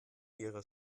ihrer